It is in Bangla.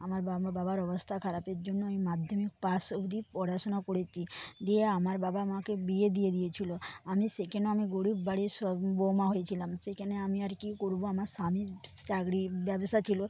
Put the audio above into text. আমার বাবার অবস্থা খারাপের জন্য আমি মাধ্যমিক পাশ অব্দি পড়াশুনা করেছি দিয়ে আমার বাবা আমাকে বিয়ে দিয়ে দিয়েছিল আমি সেখানেও আমি গরীব বাড়ির বউমা হয়েছিলাম সেখানে আমি আর কি করবো আমার স্বামীর চাকরির ব্যবসা ছিল